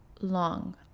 long